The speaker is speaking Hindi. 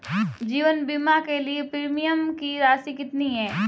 जीवन बीमा के लिए प्रीमियम की राशि कितनी है?